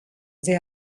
they